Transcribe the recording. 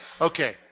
Okay